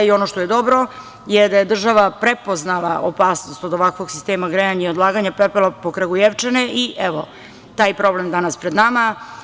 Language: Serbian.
Ono što je dobro je da je država prepoznala opasnost od ovakvog sistema grejanja i odlaganje pepela po Kragujevčane, i evo, taj problem je danas pred nama.